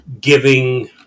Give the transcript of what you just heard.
giving